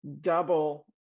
double